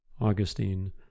Augustine